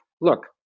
look